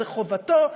זו חובתו,